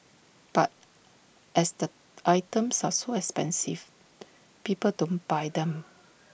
but as the items are so expensive people don't buy them